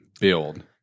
build